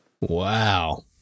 Wow